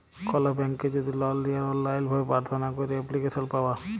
call ব্যাংকে যদি loan লিয়ার অললাইল ভাবে পার্থনা ক্যইরে এপ্লিক্যাসল পাউয়া